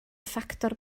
ffactor